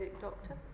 doctor